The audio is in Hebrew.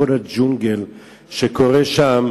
כל הג'ונגל שקורה שם